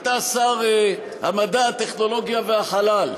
אתה שר המדע, הטכנולוגיה והחלל.